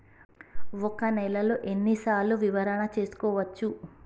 ఒక నెలలో ఎన్ని సార్లు వివరణ చూసుకోవచ్చు?